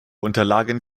unterlagen